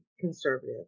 conservative